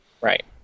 Right